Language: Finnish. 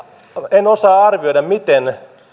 en osaa arvioida miten